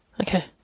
Okay